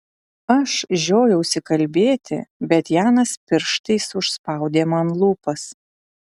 aš žiojausi kalbėti bet janas pirštais užspaudė man lūpas